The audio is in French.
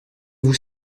vous